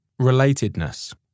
Relatedness